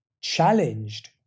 challenged